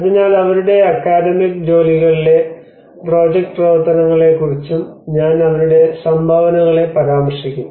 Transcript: അതിനാൽ അവരുടെ അക്കാദമിക് ജോലികളിലെ പ്രോജക്റ്റ് പ്രവർത്തനങ്ങളെക്കുറിച്ചും ഞാൻ അവരുടെ സംഭാവനകളെ പരാമർശിക്കും